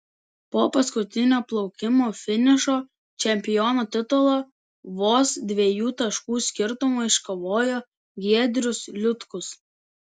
po paskutinio plaukimo finišo čempiono titulą vos dviejų taškų skirtumu iškovojo giedrius liutkus